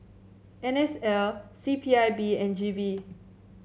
N S L C P I B and G V